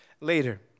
later